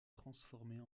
transformer